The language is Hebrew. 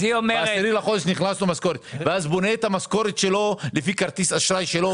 הוא בונה את המשכורת לפי כרטיס האשראי.